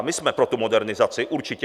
My jsme pro tu modernizaci, určitě.